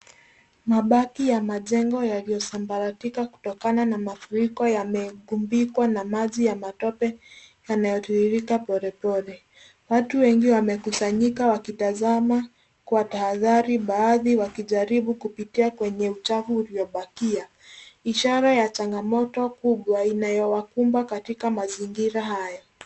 Mabaki ya majengo yaliyosambaratika kutokana na mafuriko yamegubikwa na maji ya matope yanayotiririka polepole. Watu wengi wamekusanyika wakitazama kwa tahadhari baadhi wakijaribu kupitia kwenye uchafu uliobakia. Ishara ya changamoto kubwa inayowakumba katika mazingira haya.